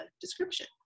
description